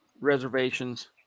reservations